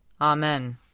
Amen